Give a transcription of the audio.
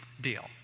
deal